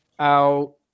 out